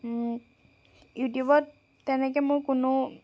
ইউটিউবত তেনেকৈ মোৰ কোনো